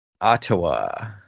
Ottawa